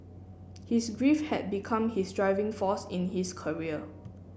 his grief had become his driving force in his career